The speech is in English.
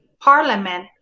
parliament